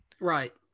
right